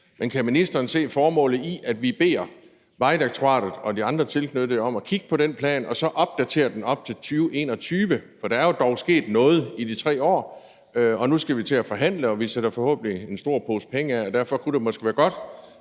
men kan ministeren se formålet i, at vi beder Vejdirektoratet og de andre tilknyttede om at kigge på den plan og opdatere den til 2021; for der er jo dog sket noget i de 3 år, og nu skal vi til at forhandle, og vi sætter forhåbentlig en stor pose penge af. Derfor kunne det måske være godt